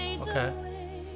Okay